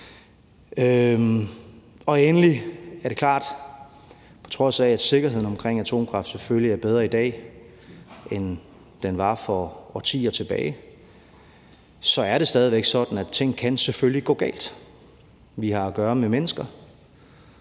Endelig er det klart – på trods af at sikkerheden omkring atomkraft selvfølgelig er bedre i dag, end den var for årtier tilbage – at det stadig væk er sådan, at ting selvfølgelig kan gå galt. Vi har at gøre med mennesker,